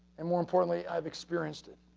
and more importantly, i've experienced it.